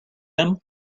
him